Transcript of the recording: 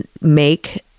make